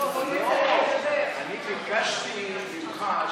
ביקשתי לדבר.